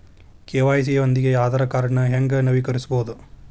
KYC ಯೊಂದಿಗ ಆಧಾರ್ ಕಾರ್ಡ್ನ ಹೆಂಗ ನವೇಕರಿಸಬೋದ